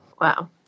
Wow